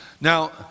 Now